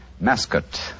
mascot